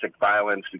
violence